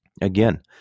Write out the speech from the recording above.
Again